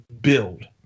build